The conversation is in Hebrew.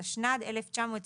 התשנ"ד-1994,